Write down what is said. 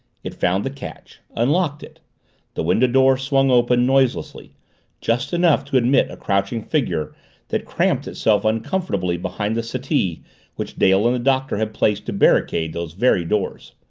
it found the catch unlocked it the window-door swung open, noiselessly just enough to admit a crouching figure that cramped itself uncomfortably behind the settee which dale and the doctor had placed to barricade those very doors.